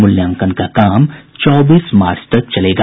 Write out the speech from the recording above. मूल्यांकन का काम चौबीस मार्च तक चलेगा